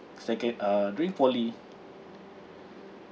second uh during poly